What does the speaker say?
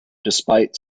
despite